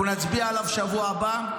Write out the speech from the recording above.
אנחנו נצביע עליו בשבוע הבא,